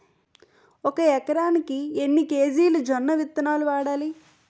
ఒక ఎకరానికి ఎన్ని కేజీలు జొన్నవిత్తనాలు వాడాలి?